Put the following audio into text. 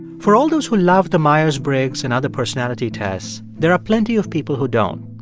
for all those who love the myers-briggs and other personality tests, there are plenty of people who don't.